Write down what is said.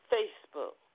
Facebook